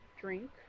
drink